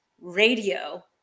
radio